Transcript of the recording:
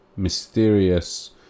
mysterious